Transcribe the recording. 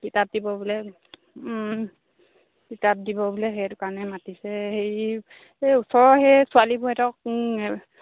কিতাপ দিব বোলে কিতাপ দিব বোলে সেইটো কাৰণে মাতিছে হেৰি এই ওচৰৰ সেই ছোৱালীবোৰহেঁতক